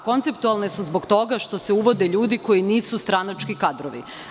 Konceptualne su zbog toga što se uvode ljudi koji nisu stranački kadrovi.